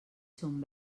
són